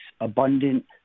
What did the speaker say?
abundant